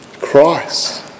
Christ